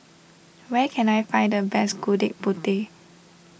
where can I find the best Gudeg Putih